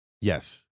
Yes